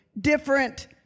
different